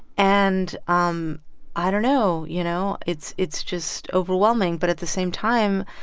and um i don't know, you know? it's it's just overwhelming. but at the same time,